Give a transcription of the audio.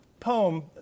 poem